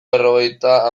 berrogeita